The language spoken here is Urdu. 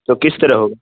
تو کس طر رہ ہوگ